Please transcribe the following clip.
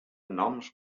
noms